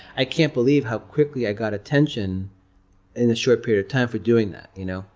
i can't believe how quickly i got attention in a short period of time for doing that, you know?